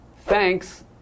thanks